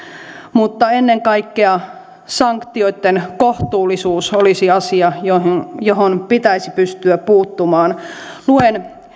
mutta ennen kaikkea sanktioitten kohtuullisuus olisi asia johon johon pitäisi pystyä puuttumaan luen